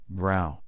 brow